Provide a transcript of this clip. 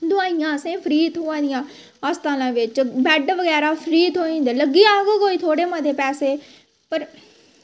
दोआइयां असेंगी फ्री थ्होआ दियां अस्पतालै बिच फ्री थ्होई जंदे जे होन गै थोह्ड़े मते पैसे